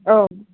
औ